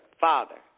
father